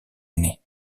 aînée